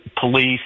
police